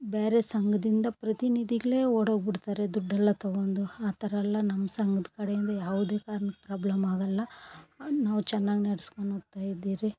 ಬೇರೆ ಸಂಘದಿಂದ ಪ್ರತಿನಿಧಿಗಳೆ ಓಡೋಗಿಬಿಡ್ತಾರೆ ದುಡ್ಡೆಲ್ಲ ತಗೊಂಡು ಆ ಥರಯೆಲ್ಲ ನಮ್ಮ ಸಂಘದ್ ಕಡೆಯಿಂದ ಯಾವುದೇ ಕಾರ್ಣಕ್ಕೆ ಪ್ರಾಬ್ಲಮ್ ಆಗಲ್ಲ ನಾವು ಚೆನ್ನಾಗ್ ನಡೆಸ್ಕೊಂಡ್ ಹೋಗ್ತಾಯಿದ್ದಿರಿ